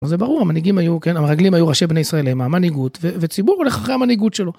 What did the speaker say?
זה ברור המנהיגים היו כן המרגלים היו ראשי בני ישראל הם המנהיגות וציבור הולך אחרי המנהיגות שלו